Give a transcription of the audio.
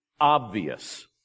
obvious